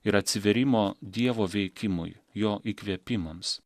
ir atsivėrimo dievo veikimui jo įkvėpimams